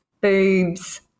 boobs